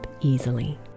easily